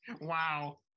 wow